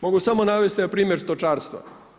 Mogu samo navesti jedan primjer stočarstva.